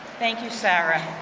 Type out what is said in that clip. thank you sarah.